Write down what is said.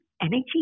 energy